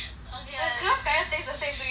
the gl~ kaya taste the same to you is it